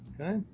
Okay